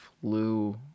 flew